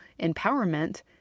empowerment